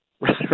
Right